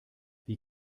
wie